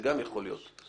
אם